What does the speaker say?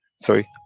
Sorry